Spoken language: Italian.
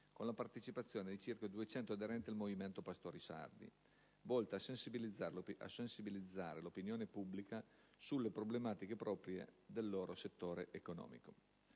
con la partecipazione di circa 200 aderenti al Movimento pastori sardi, volta a sensibilizzare l'opinione pubblica sulle problematiche proprie del loro settore economico.